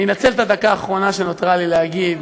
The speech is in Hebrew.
אנצל את הדקה האחרונה שנותרה לי להגיד,